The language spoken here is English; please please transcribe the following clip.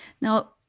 Now